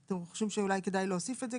אתם חושבים שאולי כדאי להוסיף את זה,